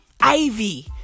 Ivy